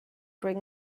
bring